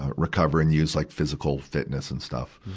recover and use like physical fitness and stuff.